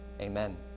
amen